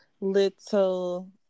little